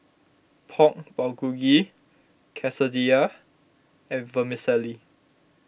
Pork Bulgogi Quesadillas and Vermicelli